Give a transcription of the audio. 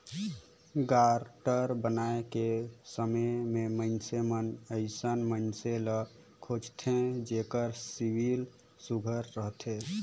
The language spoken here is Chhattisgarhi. गारंटर बनाए के समे में मइनसे मन अइसन मइनसे ल खोझथें जेकर सिविल सुग्घर रहथे